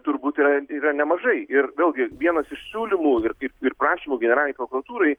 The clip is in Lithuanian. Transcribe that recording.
turbūt yra yra nemažai ir vėlgi vienas iš siūlymų ir kaip ir prašymų generalinei prokuratūrai